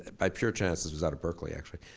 by pure chance this was out of berkeley actually.